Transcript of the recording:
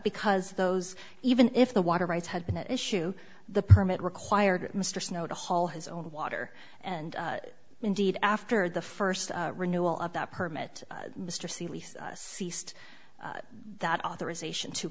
because those even if the water rights had been an issue the permit required mr snow to haul his own water and indeed after the first renewal of that permit mr seely ceased that authorization to